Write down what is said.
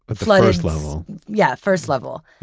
but the like first level yeah, first level.